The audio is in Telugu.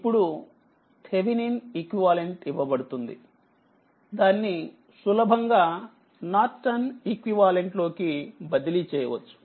ఇప్పుడు థేవినిన్ ఈక్వివలెంట్ ఇవ్వబడుతుంది దాన్ని సులభంగా నార్టన్ ఈక్వివలెంట్ లోకి బదిలీ చేయవచ్చు